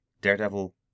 daredevil